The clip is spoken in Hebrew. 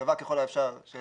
בחלוקה שווה ככל האפשר של